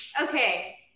Okay